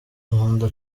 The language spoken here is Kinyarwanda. nkunda